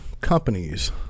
companies